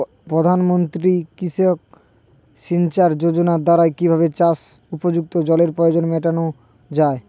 প্রধানমন্ত্রী কৃষি সিঞ্চাই যোজনার দ্বারা কিভাবে চাষ উপযুক্ত জলের প্রয়োজন মেটানো য়ায়?